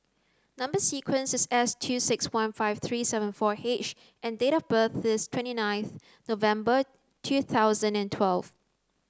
number sequence is S two six one five three seven fou H and date of birth is twenty nineth November two thousand and twelve